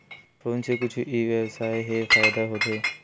Phone से कुछु ई व्यवसाय हे फ़ायदा होथे?